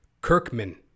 Kirkman